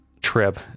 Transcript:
trip